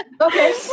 Okay